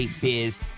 Biz